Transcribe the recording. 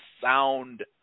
sound